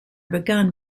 begun